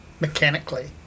Mechanically